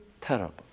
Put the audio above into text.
terrible